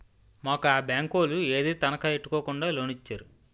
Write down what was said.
మాకు ఆ బేంకోలు ఏదీ తనఖా ఎట్టుకోకుండా లోనిచ్చేరు